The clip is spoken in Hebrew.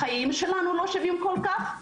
החיים שלנו לא שווים כל כך?